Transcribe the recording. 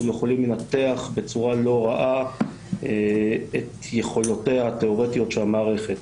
יכולים לנתח בצורה לא רעה את יכולותיה התיאורטיות של המערכת.